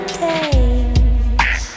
days